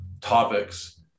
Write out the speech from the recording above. topics